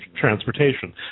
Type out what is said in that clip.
transportation